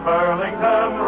Burlington